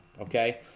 okay